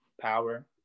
power